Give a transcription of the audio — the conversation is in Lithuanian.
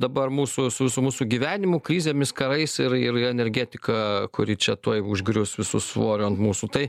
dabar mūsų su su mūsų gyvenimu krizėmis karais ir ir energetika kuri čia tuoj užgrius visu svoriu ant mūsų tai